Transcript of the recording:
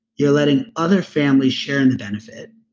you're letting other families share in the benefit.